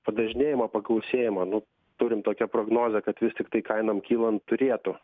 padažnėjimo pagausėjimo nu turim tokią prognozę kad vis tiktai kainom kylant turėtų